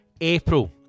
April